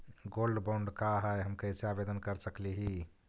Gold bond का है, हम कैसे आवेदन कर सकली ही?